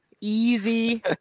Easy